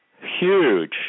huge